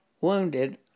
wounded